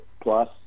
plus